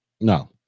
no